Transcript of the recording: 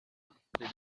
they